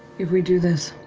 if we do this,